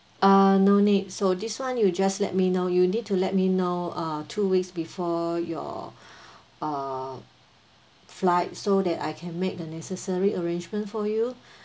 uh no need so this [one] you just let me know you need to let me know uh two weeks before your uh flight so that I can make the necessary arrangement for you